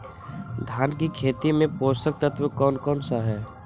धान की खेती में पोषक तत्व कौन कौन सा है?